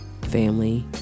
Family